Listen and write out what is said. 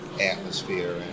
atmosphere